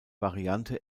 variante